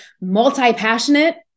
multi-passionate